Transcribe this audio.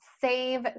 save